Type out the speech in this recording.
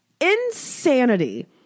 insanity